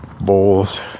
bowls